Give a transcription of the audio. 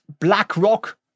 BlackRock